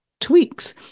tweaks